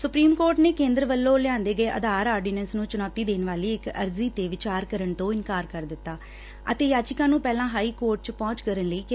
supreme court ਨੇ ਕੇਂਦਰ ਵੱਲੋਂ ਲਿਆਂਦੇ ਗਏ ਆਧਾਰ ਆਰਡੀਨੈਂਸ ਨੂੰ ਚੁਣੌਤੀ ਦੇਣ ਵਾਲੀ ਇਕ ਅਰਜੀ ਤੇ ਵਿਚਾਰ ਕਰਨ ਤੋਂ ਇਨਕਾਰ ਕਰ ਦਿੱਤਾ ਅਤੇ ਯਾਚੀਆਂ ਨੁੰ ਪਹਿਲਾਂ ਹਾਈ ਕੋਰਟ ਚ ਪਹੁੰਚ ਕਰਨ ਲਈ ਕਿਹਾ